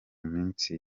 minsi